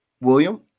William